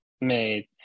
made